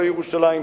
ולא ירושלים.